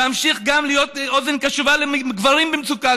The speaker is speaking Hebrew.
ואמשיך גם להיות אוזן קשובה לגברים במצוקה,